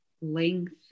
length